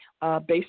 Based